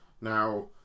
Now